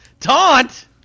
Taunt